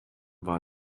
war